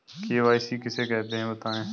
KYC किसे कहते हैं बताएँ?